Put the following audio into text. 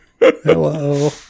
hello